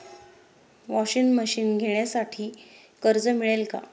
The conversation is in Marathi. वॉशिंग मशीन घेण्यासाठी कर्ज मिळेल का?